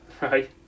right